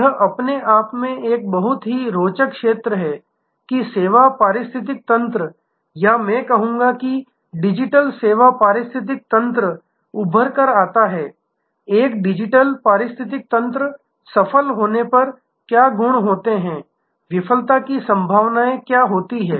यह अपने आप में एक बहुत ही रोचक क्षेत्र है कि सेवा पारिस्थितिकी तंत्र या मैं कहूंगा कि डिजिटल सेवा पारिस्थितिक तंत्र उभर कर आता है एक डिजिटल पारिस्थितिकी तंत्र सफल होने पर क्या गुण होते हैं विफलता की संभावनाएं क्या होती हैं